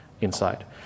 inside